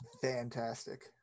Fantastic